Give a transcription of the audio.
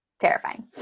terrifying